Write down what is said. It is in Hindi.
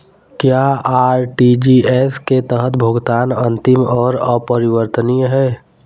क्या आर.टी.जी.एस के तहत भुगतान अंतिम और अपरिवर्तनीय है?